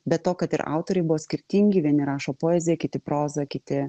be to kad ir autoriai buvo skirtingi vieni rašo poeziją kiti prozą kiti